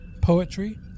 Poetry